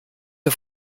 ihr